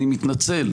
אני מתנצל.